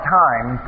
time